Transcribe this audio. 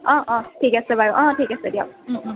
অ' অ' ঠিক আছে বাৰু অ' ঠিক আছে দিয়ক